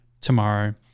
tomorrow